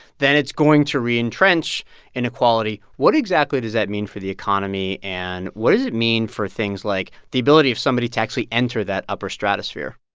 then it's going to re-entrench inequality. what exactly does that mean for the economy, and what does it mean for things like the ability of somebody to actually enter that upper stratosphere?